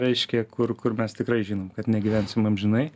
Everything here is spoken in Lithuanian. reiškia kur kur mes tikrai žinom kad negyvensim amžinai